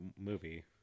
movie